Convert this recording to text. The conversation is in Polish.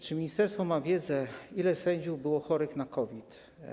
Czy ministerstwo ma wiedzę, ilu sędziów było chorych na COVID?